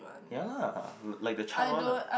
ya lah like the charred one lah